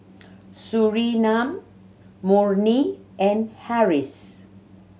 Surinam Murni and Harris